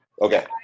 okay